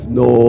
no